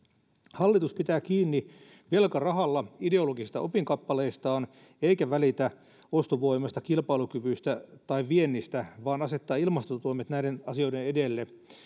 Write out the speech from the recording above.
hallitus pitää kiinni velkarahalla ideologisista opinkappaleistaan eikä välitä ostovoimasta kilpailukyvystä tai viennistä vaan asettaa ilmastotoimet näiden asioiden edelle